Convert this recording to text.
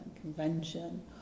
convention